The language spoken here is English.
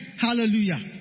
Hallelujah